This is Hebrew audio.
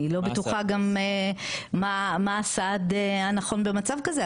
אני לא בטוחה גם מה הסעד הנכון במצב כזה,